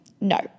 No